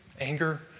anger